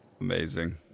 Amazing